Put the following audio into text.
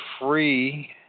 free